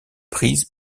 prise